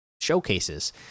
showcases